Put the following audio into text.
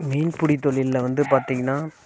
மீன்பிடி தொழிலில் வந்து பார்த்தீங்கன்னா